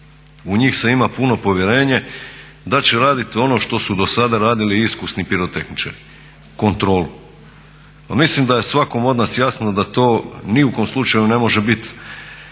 u njih se ima puno povjerenje da će raditi ono što su do sada radili iskusni pirotehničari, kontrolu. Pa mislim da je svakom od nas jasno da to ni u kom slučaju ne može bit